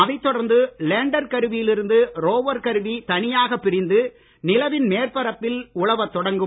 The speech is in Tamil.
அதைத் தொடர்ந்து லேண்டர் கருவியிலிருந்து ரோவர் கருவி தனியாகப் பிரிந்து நிலவின் மேற்பரப்பில் உலவத் தொடங்கும்